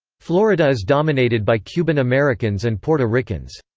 florida is dominated by cuban americans and puerto ricans.